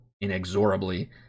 inexorably